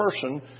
person